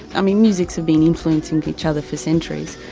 i mean musics have been influencing each other for centuries,